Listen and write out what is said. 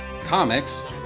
comics